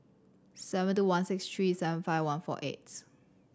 seven two one six three seven five one four eight